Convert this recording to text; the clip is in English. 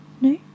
no